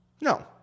No